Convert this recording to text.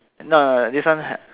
no this one has